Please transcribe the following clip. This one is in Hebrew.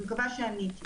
אני מקווה שעניתי.